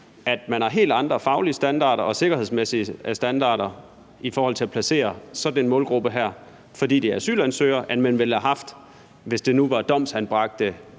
at man har helt andre faglige standarder og sikkerhedsmæssige standarder i forhold til at placere sådan en målgruppe her, fordi det er asylansøgere, end man ville have haft, hvis det nu var domsanbragte